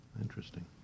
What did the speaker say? Interesting